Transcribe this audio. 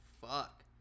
fuck